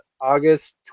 august